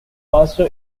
faster